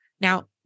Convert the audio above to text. Now